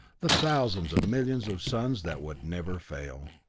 the thousands of millions of suns that would never fail.